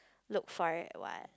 look for it what